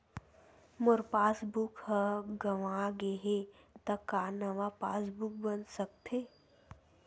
मोर passbook ह गंवा गे हे त का नवा पास बुक बन सकथे?